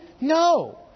No